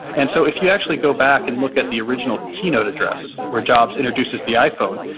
and so if you actually go back and look at the original keynote address where jobs introduces the iphone,